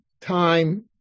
time